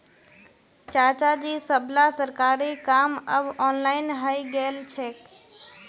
चाचाजी सबला सरकारी काम अब ऑनलाइन हइ गेल छेक